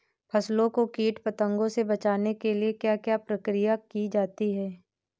फसलों को कीट पतंगों से बचाने के लिए क्या क्या प्रकिर्या की जाती है?